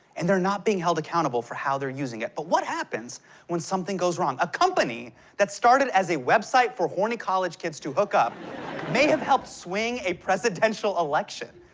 and they're not being held accountable for how they're using it. but what happens when something goes wrong? a company that started as a website for horny college kids to hook up may have helped swing a presidential election.